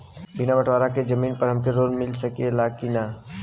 बिना बटवारा के जमीन पर हमके लोन मिल सकेला की ना?